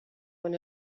con